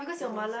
because